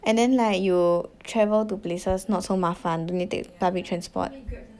and then like you travel to places not so 麻烦 don't need take public transport